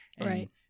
Right